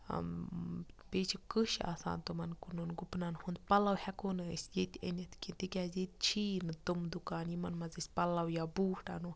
بیٚیہِ چھِ کوٚش آسان تِمَن کٕنُن گٔپنن ہُند پَلو ہٮ۪کَو نہٕ أسۍ ییٚتہِ أنِتھ کینٛہہ تِکیازِ ییٚتہِ چھِی یی نہٕ تِم دُکان یِمن منٛز أسۍ پَلو یا بوٗٹھ اَنو